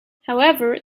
however